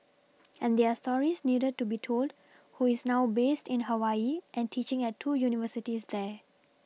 and their stories needed to be told who is now based in Hawaii and teaching at two universities there